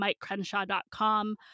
mikecrenshaw.com